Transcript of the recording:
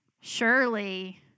Surely